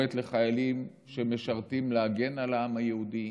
שקוראת לחיילים שמשרתים להגן על העם היהודי,